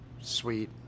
sweet